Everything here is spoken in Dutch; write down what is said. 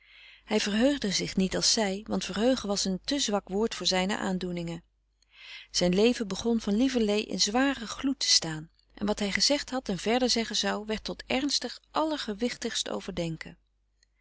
hij verheugde zich niet als zij want verheugen was een te zwak woord voor zijne aandoeningen zijn leven begon van lieverlee in zwaren gloed te staan en wat hij gezegd had en verder zeggen zou werd tot ernstig allergewichtigst overdenken